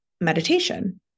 meditation